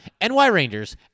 nyrangers